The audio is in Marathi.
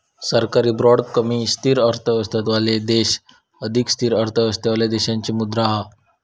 सरकारी बाँड कमी स्थिर अर्थव्यवस्थावाले देश अधिक स्थिर अर्थव्यवस्थावाले देशाची मुद्रा हा